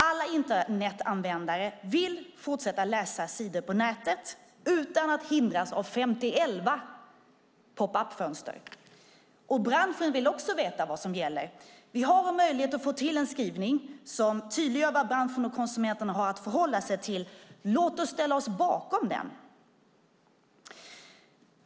Alla Internetanvändare vill fortsätta att läsa sidor på nätet utan att hindras av femtielva popup-fönster, och branschen vill också veta vad som gäller. Vi har möjlighet att få till en skrivning som tydliggör vad branschen och konsumenterna har att förhålla sig till. Låt oss ställa oss bakom den.